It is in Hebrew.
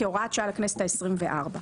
כהוראת שעה לכנסת ה-24.